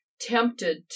tempted